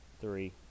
three